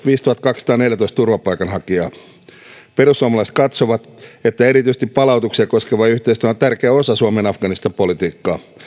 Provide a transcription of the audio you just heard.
viisituhattakaksisataaneljätoista turvapaikanhakijaa vuonna kaksituhattaviisitoista perussuomalaiset katsovat että erityisesti palautuksia koskeva yhteistyö on tärkeä osa suomen afganistan politiikkaa